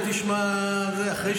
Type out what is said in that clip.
אתה תשמע --- לא,